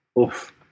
Oof